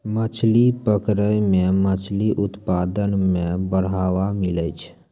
मछली पकड़ै मे मछली उत्पादन मे बड़ावा मिलै छै